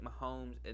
Mahomes –